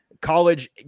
college